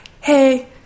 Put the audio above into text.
hey